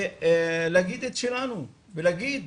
להגיד את שלנו ולהגיד,